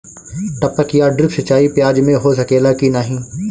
टपक या ड्रिप सिंचाई प्याज में हो सकेला की नाही?